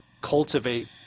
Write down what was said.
cultivate